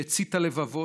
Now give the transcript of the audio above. שהציתה לבבות,